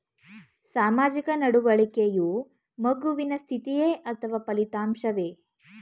ಸಾಮಾಜಿಕ ನಡವಳಿಕೆಯು ಮಗುವಿನ ಸ್ಥಿತಿಯೇ ಅಥವಾ ಫಲಿತಾಂಶವೇ?